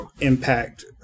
impact